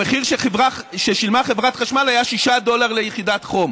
המחיר ששילמה חברת חשמל היה 6 דולר ליחידת חום.